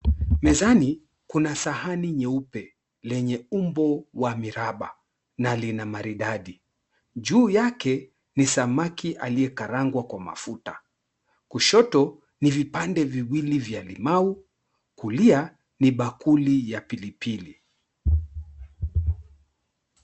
Mezani kuna sahani nyeupe lenye umbo wa miraba na lina maridadi. Juu yake ni samaki aliyekarangwa kwa mafuta. Kushoto ni vipande viwili vya limau, kulia ni bakuli ya pilipili.